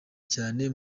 cyane